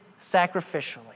sacrificially